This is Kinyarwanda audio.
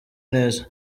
neza